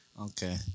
Okay